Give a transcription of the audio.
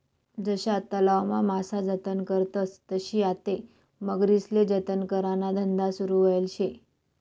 जशा तलावमा मासा जतन करतस तशी आते मगरीस्ले जतन कराना धंदा सुरू व्हयेल शे